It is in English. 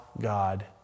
God